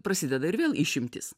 prasideda ir vėl išimtys